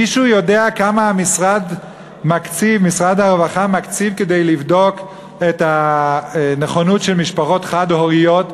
מישהו יודע כמה משרד הרווחה מקציב כדי לבדוק 40,000 משפחות חד-הוריות,